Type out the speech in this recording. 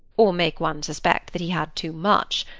or make one suspect that he had too much.